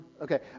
Okay